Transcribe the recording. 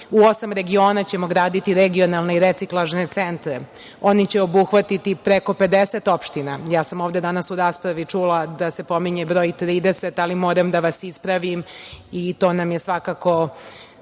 U osam regiona ćemo graditi regionalne i reciklažne centre. Oni će obuhvatiti preko 50 opština. Ja sam ovde danas u raspravi čula da se pominje broj 30, ali moram da vas ispravim. To je značajan